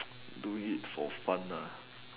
do it for fun nah